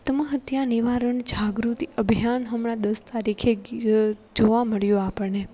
આત્મ હત્યા નિવારણ જાગૃતિ અભિયાન હમણાં દસ તારીખે જોવા મળ્યો આપણને